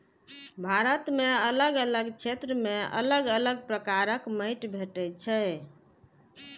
भारत मे अलग अलग क्षेत्र मे अलग अलग प्रकारक माटि भेटै छै